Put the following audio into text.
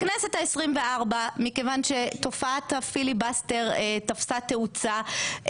בכנסת ה-24 תופעת הפיליבסטר תפסה תאוצה,